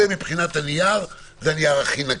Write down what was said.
זה הנייר הכי נקי.